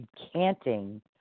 recanting